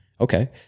Okay